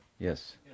Yes